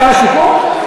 שר השיכון?